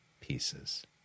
pieces